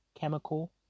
chemical